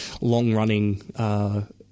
long-running